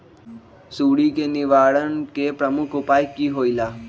सुडी के निवारण के प्रमुख उपाय कि होइला?